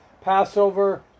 Passover